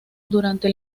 durante